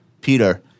Peter